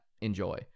Enjoy